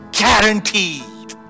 guaranteed